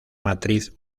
matriz